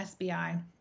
SBI